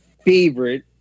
favorite